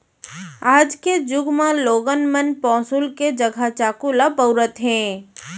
आज के जुग म लोगन मन पौंसुल के जघा चाकू ल बउरत हें